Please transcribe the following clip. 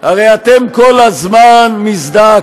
הרי אתם כל הזמן מזדעקים,